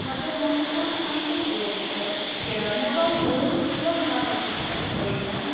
مگر مےٚ ہَسا کوٚر تِمَن سۭتۍ رٲبطہٕ کہِ مےٚ واتنٲیو یَتھ پَتاہَس پؠٹھ تُہۍ ییٚتؠن